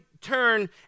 turn